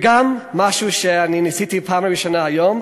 וגם משהו שאני ניסיתי פעם ראשונה היום,